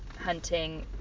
hunting